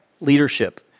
leadership